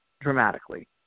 dramatically